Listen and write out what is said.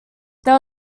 there